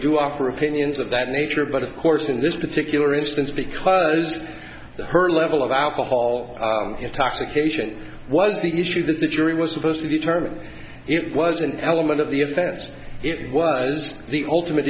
do offer opinions of that nature but of course in this particular instance because her level of alcohol intoxication was the issue that the jury was supposed to determine if it was an element of the offense it was the ultimate